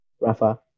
Rafa